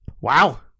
Wow